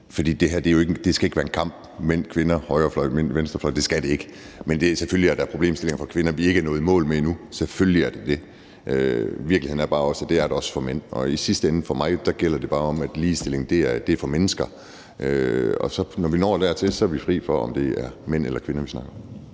for det her skal ikke være en kamp – mænd, kvinder, højrefløj, venstrefløj – det skal det ikke. Men selvfølgelig er der problemstillinger for kvinder, vi ikke er nået i mål med endnu, selvfølgelig er der det. Virkeligheden er bare, at det er der også for mænd. I sidste ende gælder det for mig bare om, at ligestillingen er for mennesker. Og når vi når dertil, er vi fri for at tage stilling til, om det er mænd eller kvinder, vi snakker om.